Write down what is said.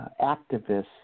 activists